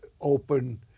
open